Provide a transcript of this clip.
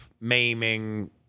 maiming